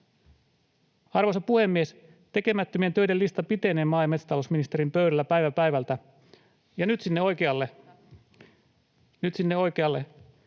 Arvoisa puhemies! Tekemättömien töiden lista pitenee maa- ja metsätalousministerin pöydällä päivä päivältä, [Jenna Simula: